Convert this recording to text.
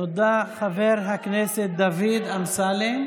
תודה, חבר הכנסת דוד אמסלם.